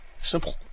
Simple